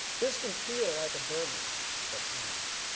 this can feel like a burden at times.